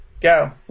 go